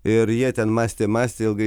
ir jie ten mąstė mąstė ilgai